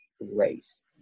race